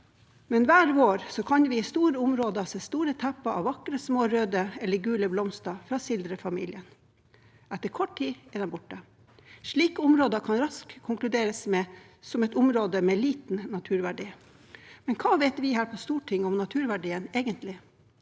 men hver vår kan vi på store områder se tepper av vakre, små, røde eller gule blomster fra sildrefamilien. Etter kort tid er de borte. Slike områder kan man raskt konkludere med er områder med liten naturverdi, men hva vet vi her på Stortinget egentlig